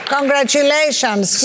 Congratulations